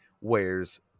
wears